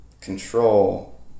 control